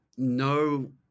No